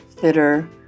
fitter